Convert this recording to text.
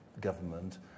government